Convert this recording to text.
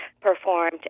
performed